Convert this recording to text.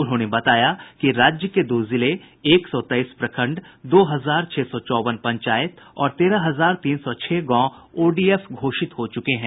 उन्होंने बताया कि राज्य के दो जिले एक सौ तेईस प्रखण्ड दो हजार छह सौ चौवन पंचायत और तेरह हजार तीन सौ छह गांव ओडीएफ घोषित हो चुके हैं